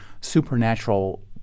supernatural